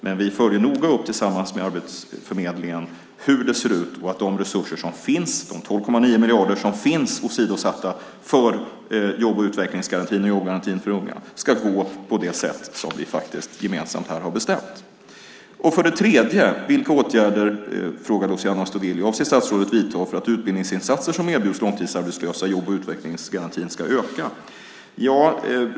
Men vi följer noga upp tillsammans med Arbetsförmedlingen hur det ser ut och att de resurser som finns, de 12,9 miljarder som finns avsatta för jobb och utvecklingsgarantin och jobbgarantin för unga, används på det sätt som vi gemensamt har bestämt. Fråga 3: Vilka åtgärder avser statsrådet att vidta för att utbildningsinsatser som erbjuds långtidsarbetslösa i jobb och utvecklingsgarantin ska öka?